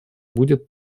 будет